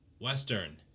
Western